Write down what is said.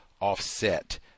offset